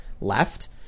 left